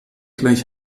gleich